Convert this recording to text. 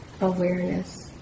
awareness